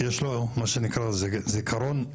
המעמד של הוועדה הגיאוגרפית ברור לכולנו.